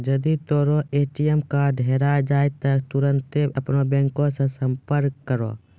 जदि तोरो ATM card हेराय जाय त तुरन्ते अपनो बैंको से संपर्क करो